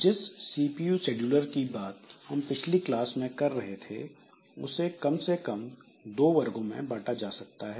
जिस CPU scheduler की बात हम पिछली क्लास में कर रहे थे उसे कम से कम 2 वर्गों में बांटा जा सकता है